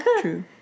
True